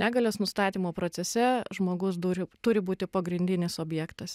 negalios nustatymo procese žmogus duri turi būti pagrindinis objektas